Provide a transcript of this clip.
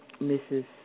Mrs